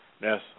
yes